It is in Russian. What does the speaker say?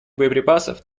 боеприпасов